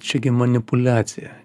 čiagi manipuliacija